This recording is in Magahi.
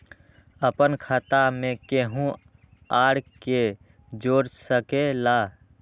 अपन खाता मे केहु आर के जोड़ सके ला?